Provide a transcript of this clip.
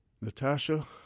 Natasha